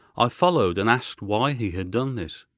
i followed, and asked why he had done this.